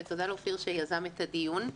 ותודה לאופיר שיזם את הדיון.